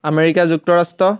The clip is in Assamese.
আমেৰিকা যুক্তৰাষ্ট্ৰ